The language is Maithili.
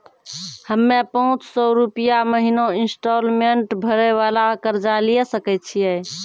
हम्मय पांच सौ रुपिया महीना इंस्टॉलमेंट भरे वाला कर्जा लिये सकय छियै?